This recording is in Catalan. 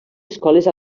escoles